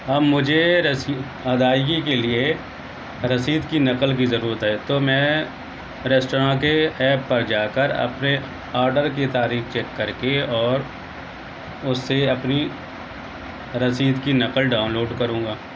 اب مجھے رسم ادائیگی کے لیے رسید کی نقل کی ضرورت ہے تو میں ریسٹراں کے ایپ پر جا کر اپنے آڈر کی تاریخ چیک کر کے اور اس سے اپنی رسید كی نقل ڈاؤن لوڈ كروں گا